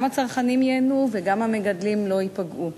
הצרכנים ייהנו וגם המגדלים לא ייפגעו.